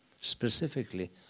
Specifically